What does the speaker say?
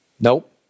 Nope